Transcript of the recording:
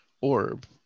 orb